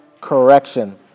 correction